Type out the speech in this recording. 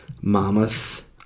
Mammoth